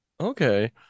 Okay